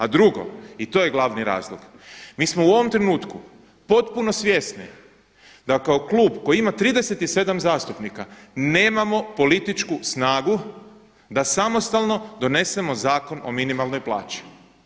A drugo i to je glavni razlog, mi smo u ovom trenutku potpuno svjesni da kao klub koji ima 37 zastupnika nemamo političku snagu da samostalno donesemo Zakon o minimalnoj plaći.